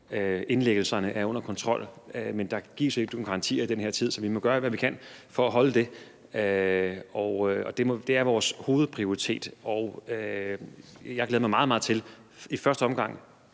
indlæggelserne er under kontrol, men der gives ikke nogen garantier i den her tid, så vi må gøre alt, hvad vi kan, for at holde det, og det er vores hovedprioritet. I første omgang